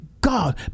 God